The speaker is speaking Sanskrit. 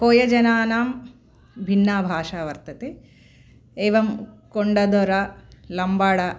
कोयजनानां भिन्ना भाषा वर्तते एवं कोण्डादरा लम्बाडा